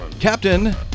Captain